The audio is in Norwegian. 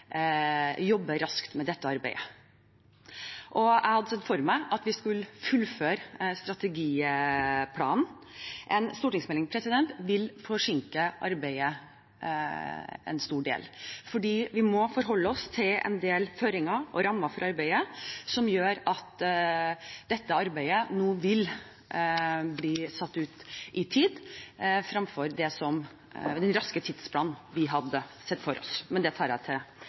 jobber raskt med dette arbeidet, og jeg hadde sett for meg at vi skulle fullføre strategiplanen. En stortingsmelding vil forsinke arbeidet en stor del, fordi vi må forholde oss til en del føringer og rammer for arbeidet som gjør at dette arbeidet nå vil dra ut i tid, fremfor den raske tidsplanen vi hadde sett for oss. Men det tar jeg til